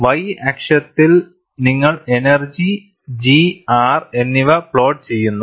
Y അക്ഷത്തിൽ നിങ്ങൾ energy G R എന്നിവ പ്ലോട്ട് ചെയ്യുന്നു